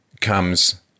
comes